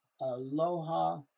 aloha